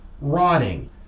rotting